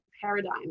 paradigm